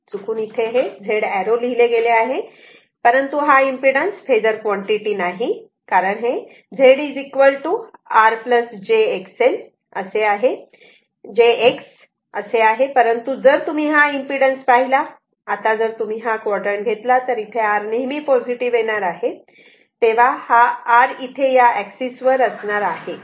चुकून इथे हे Z एर्रो लिहिले गेले आहे परंतु हा इम्पीडन्स फेजर कॉन्टिटी नाही कारण हे Z R j X असे आहे परंतु जर तुम्ही हा इम्पीडन्स पाहिला आता जर तुम्ही हा क्वाड्रण्ट घेतला तर इथे R नेहमी पॉझिटिव्ह येणार आहे तेव्हा हा R इथे या एक्सिस वर असणार आहे